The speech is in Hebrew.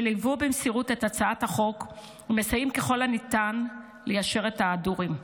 שליוו במסירות את הצעת החוק ומסייעים ככל הניתן ליישר את ההדורים.